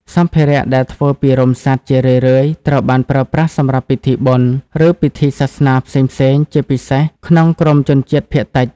សម្ភារៈដែលធ្វើពីរោមសត្វជារឿយៗត្រូវបានប្រើប្រាស់សម្រាប់ពិធីបុណ្យ ឬពិធីសាសនាផ្សេងៗ ជាពិសេស ក្នុងក្រុមជនជាតិភាគតិច។